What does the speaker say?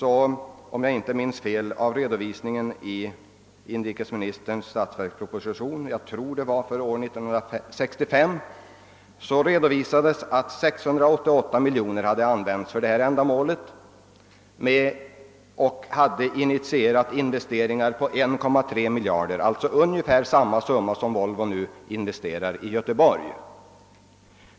Om jag inte minns fel uppgav inrikesministern i = statsverkspropositionen 1966 att 668 miljoner hade använts för detta ändamål och initierat investeringar på 1,3 miljard, alltså ungefär samma summa som Volvo nu investerar 1 Göteborg.